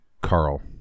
Carl